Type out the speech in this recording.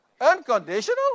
Unconditional